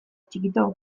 txikito